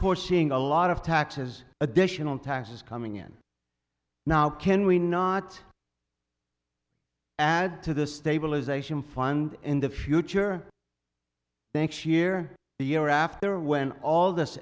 pushing a lot of taxes additional taxes coming in now can we not add to the stabilization fund in the future banks year the year after when all this